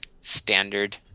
standard